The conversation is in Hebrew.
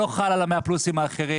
הוא לא חל על ה-100 פלוסים האחרים.